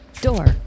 Door